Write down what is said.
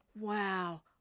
Wow